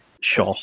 Sure